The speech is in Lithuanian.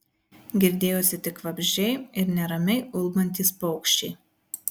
girdėjosi tik vabzdžiai ir neramiai ulbantys paukščiai